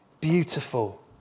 beautiful